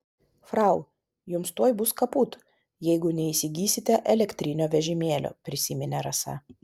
frau jums tuoj bus kaput jeigu neįsigysite elektrinio vežimėlio prisiminė rasa